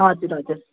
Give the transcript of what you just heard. हजुर हजुर